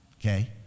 okay